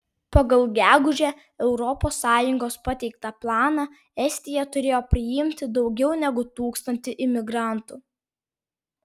pagal gegužę europos sąjungos pateiktą planą estija turėjo priimti daugiau negu tūkstantį imigrantų